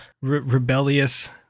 rebellious